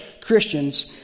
Christians